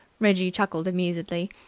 reggie chuckled amusedly.